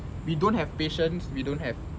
we don't have patience we don't have